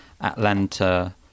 atlanta